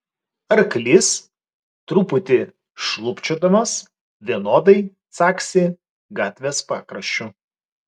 arklys truputį šlubčiodamas vienodai caksi gatvės pakraščiu